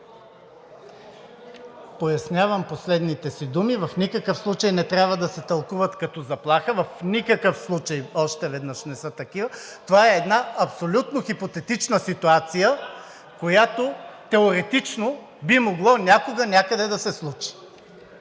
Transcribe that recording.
Пояснявам последните си думи – в никакъв случай не трябва да се тълкуват като заплаха. Още веднъж, в никакъв случай не са такива! Това е една абсолютно хипотетична ситуация, която теоретично би могла някога някъде да се случи.